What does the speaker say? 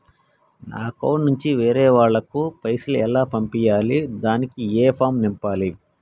నా అకౌంట్ నుంచి వేరే వాళ్ళకు పైసలు ఎలా పంపియ్యాలి దానికి ఏ ఫామ్ నింపాలి?